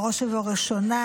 בראש ובראשונה,